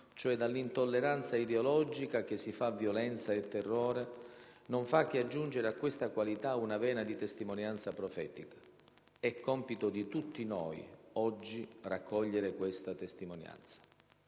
cioè dall'intolleranza ideologica che si fa violenza e terrore, non fa che aggiungere a questa qualità una vena di testimonianza profetica. È compito di tutti noi, oggi, raccogliere questa testimonianza.